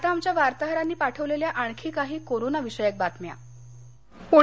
आता आमच्या वार्ताहरांनी पाठवलेल्या आणखी काही कोरोना विषयक बातम्या थोडक्यात